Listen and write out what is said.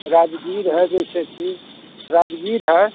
राजगीर है जैसे कि राजगीर है